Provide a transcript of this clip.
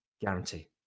guarantee